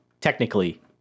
technically